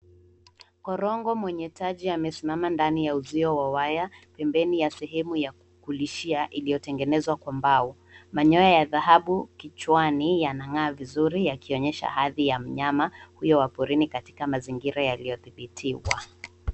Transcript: Korongo mwenye taji yamesimama ndani ya uzio wa waya pembeni ya sehemu ya kulishia iliyotengenezwa kwa mbao. Manyoya ya dhahabu kichwani yanang'aa vizuri yakionyesha hadhi ya mnyama huyo wa porini katika mazingira yaliyodhibitiwa.